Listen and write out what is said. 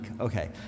Okay